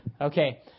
Okay